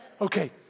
Okay